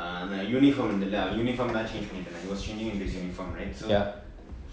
அந்த:antha uniform இருக்குல அவன்:irukkula avan uniform தான்:thaan change பன்னிட்டு இருந்தான்:pannittu irunthaan he was changing into his uniform right